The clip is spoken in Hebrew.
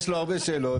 יש לו הרבה שאלות,